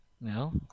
No